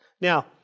Now